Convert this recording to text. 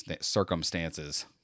circumstances